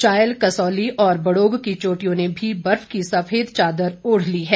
चायल कसौली और बड़ोग की चोटियों ने भी बर्फ की सफेद चादर ओढ़ ली है